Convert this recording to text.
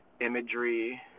imagery